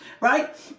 right